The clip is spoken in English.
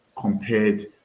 compared